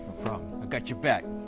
got your back.